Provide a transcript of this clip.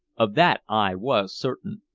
of that i was certain.